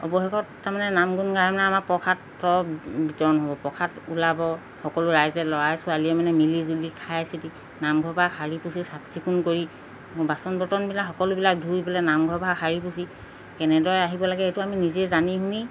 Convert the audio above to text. অৱশেষত তাৰমানে নাম গুণ গায় মানে আমাৰ প্ৰসাদৰ বিতৰণ হ'ব প্ৰসাদ ওলাব সকলো ৰাইজে ল'ৰা ছোৱালীয়ে মানে মিলি জুলি খাই চিতি নামঘৰ ভাগ সাৰি মচি চাফ চিকুণ কৰি বাচন বৰ্তনবিলাক সকলোবিলাক ধুই পেলাই নামঘৰ ভাগ সাৰি মচি কেনেদৰে আহিব লাগে এইটো আমি নিজে জানি শুনি